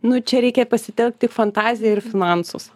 nu čia reikia pasitelkti fantaziją ir finansus